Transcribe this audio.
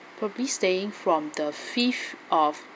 probably staying from the fifth of